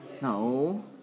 No